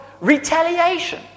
retaliation